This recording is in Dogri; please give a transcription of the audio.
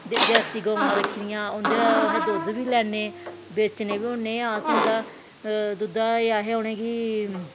ते जरसी गवां रक्खी दियां उंदा अस दुध्द बी लैन्ने बेचने बी होन्ने अस उंदा दुध्दा असैं उनेंगी